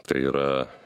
tai yra